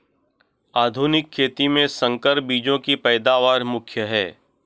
आधुनिक खेती में संकर बीजों की पैदावार मुख्य हैं